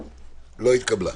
ההסתייגות לא התקבלה.